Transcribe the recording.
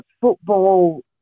football